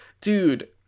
dude